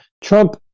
trump